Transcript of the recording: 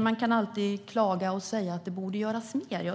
Man kan alltid klaga på regeringen och säga att det borde göras mer.